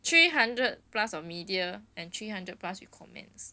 three hundred plus of media and three hundred plus with comments